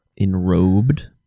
enrobed